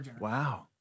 Wow